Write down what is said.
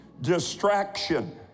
Distraction